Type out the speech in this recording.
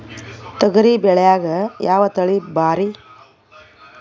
ತೊಗರಿ ಬ್ಯಾಳ್ಯಾಗ ಯಾವ ತಳಿ ಭಾರಿ?